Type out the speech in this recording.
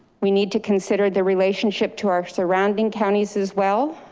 we need to consider the relationship to our surrounding counties as well.